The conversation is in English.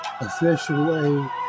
officially